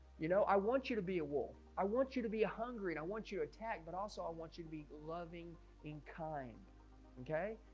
you know, i want you to be a wolf i want you to be a hungry and i want you attack, but also i want you to be loving in kind okay,